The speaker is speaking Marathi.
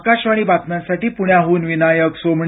आकाशवाणी बातम्यांसाठी पुण्याहून विनायक सोमणी